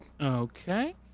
Okay